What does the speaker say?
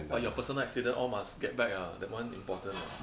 but your personal accident all must get back ah that one important ah